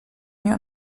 nie